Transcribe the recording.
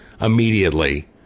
immediately